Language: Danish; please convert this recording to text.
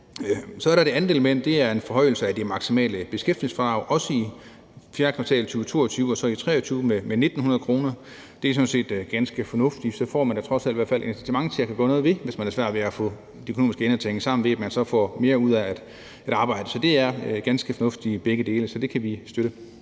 Så er der det andet element, og det er en forhøjelse af det maksimale beskæftigelsesfradrag, også i fjerde kvartal i 2022 og så i 2023, med 1.900 kr. Det er sådan set ganske fornuftigt, for så får man da trods alt et incitament til at gøre noget ved det, hvis man har svært ved at få det økonomiske til at hænge sammen, altså ved at man får mere ud af at arbejde. Begge dele er ganske fornuftige, så vi kan støtte